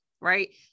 right